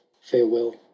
farewell